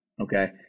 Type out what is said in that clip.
okay